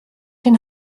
den